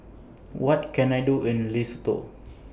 What Can I Do in Lesotho